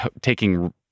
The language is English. taking